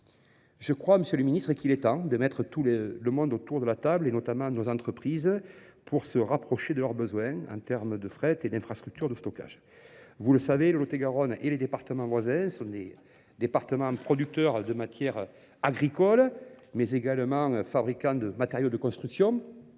Je crois, Monsieur le Ministre, qu'il est temps de mettre tout le monde autour de la table, et notamment nos entreprises, pour se rapprocher de leurs besoins en termes de frette et d'infrastructures de stockage. Vous le savez, le Lotte-Garonne et les départements voisins sont des départements producteurs de matières agricoles, mais également fabricants de matériaux de construction.